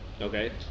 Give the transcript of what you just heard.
Okay